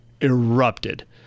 erupted